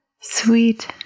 sweet